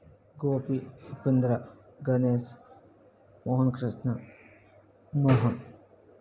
Gopi Upendra Ganesh Mohan Krishna Mohan